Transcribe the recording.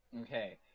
Okay